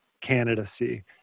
candidacy